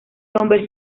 hombres